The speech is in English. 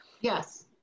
Yes